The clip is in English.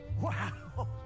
Wow